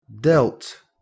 dealt